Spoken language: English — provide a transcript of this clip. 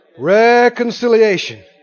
Reconciliation